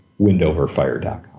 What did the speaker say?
windoverfire.com